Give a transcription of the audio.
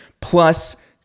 plus